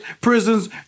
prisons